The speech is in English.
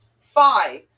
Five